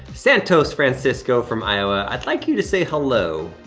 santos francisco from iowa, i'd like you to say hello.